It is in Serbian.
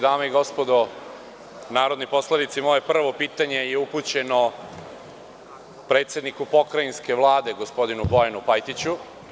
Dame i gospodo narodni poslanici, moje prvo pitanje je upućeno predsedniku Pokrajinske vlade, gospodinu Bojanu Pajtiću.